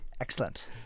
Excellent